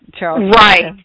Right